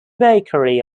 bakery